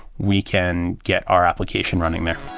we can get our application running there.